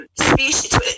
species